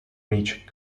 reach